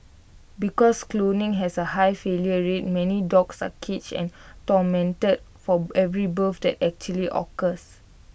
because cloning has A high failure rate many dogs are caged and tormented for every birth that actually occurs